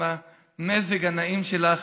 עם המזג הנעים שלך.